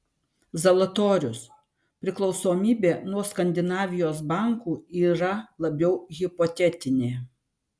zalatorius priklausomybė nuo skandinavijos bankų yra labiau hipotetinė